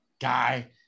guy